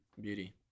Beauty